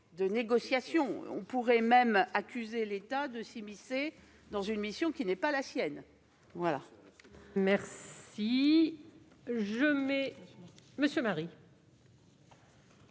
de négociation. On pourrait alors accuser l'État de s'immiscer dans une mission qui n'est pas la sienne.